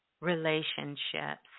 relationships